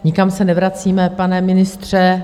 Nikam se nevracíme, pane ministře.